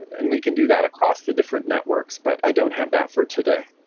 and we can do that across the different networks, but i don't have that for today.